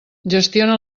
gestiona